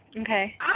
Okay